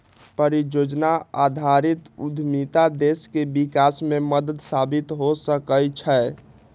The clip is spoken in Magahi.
परिजोजना आधारित उद्यमिता देश के विकास में मदद साबित हो सकइ छै